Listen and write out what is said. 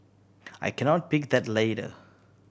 I cannot pick that ladder